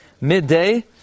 midday